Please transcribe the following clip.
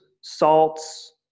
salts